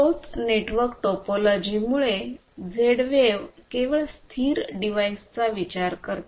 स्त्रोत network topology मुळे Z wave केवळ स्थिर डिव्हाइसचा विचार करते